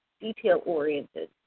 detail-oriented